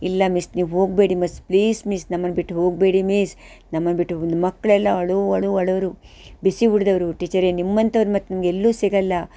ಇಲ್ಲ ಮಿಸ್ ನೀವು ಹೋಗಬೇಡಿ ಮಿಸ್ ಪ್ಲೀಸ್ ಮಿಸ್ ನಮ್ಮನ್ನು ಬಿಟ್ಟು ಹೋಗಬೇಡಿ ಮಿಸ್ ನಮ್ಮನ್ನು ಬಿಟ್ಟು ಒಂದು ಮಕ್ಕಳೆಲ್ಲ ಅಳು ಅಳು ಅಳೋವ್ರು ಬಿಸಿ ಊಟದವ್ರು ಟೀಚರೇ ನಿಮ್ಮಂಥವ್ರು ಮತ್ತೆ ನಮ್ಗೆ ಎಲ್ಲೂ ಸಿಗೋಲ್ಲ